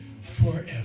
forever